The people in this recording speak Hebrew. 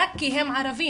רק כי הם ערבים.